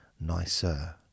nicer